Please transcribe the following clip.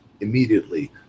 immediately